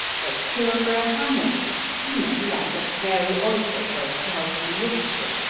a cure for a hangover, you know, like a prairie oyster well soused in worcestershire.